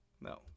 No